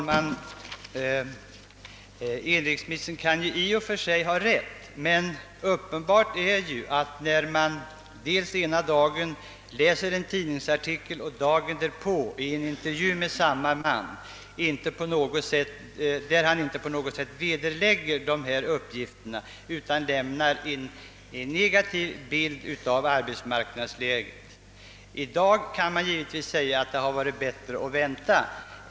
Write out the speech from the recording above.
Herr talman! I och för sig kan inrikesministern ha rätt. Men när man ena dagen tar del av en del tidningsuppgifter och dagen därpå vid en intervju med samme man som lämnat dessa tidningsuppgifter finner, att denne inte på något sätt vederlägger de återgivna uppgifterna utan lämnar en negativ bild av arbetsmarknadsläget, måste man tro att uppgifterna är riktiga.